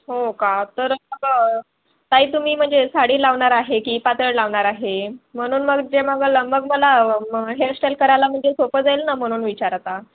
हो का तर मग ताई तुम्ही म्हणजे साडी लावणार आहे की पातळ लावणार आहे म्हणून मग जे मग लग मग मला हेअरश्टाईल करायला म्हणजे सोपं जाईल ना म्हणून विचारत आ